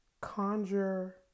conjure